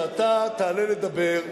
כשאתה תעלה לדבר,